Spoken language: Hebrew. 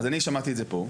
אני שמעתי את זה פה.